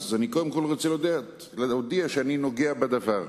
אני קודם כול רוצה להודיע שאני נוגע בדבר.